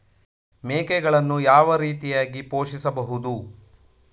ಮೇಕೆಗಳನ್ನು ಯಾವ ರೀತಿಯಾಗಿ ಪೋಷಿಸಬಹುದು?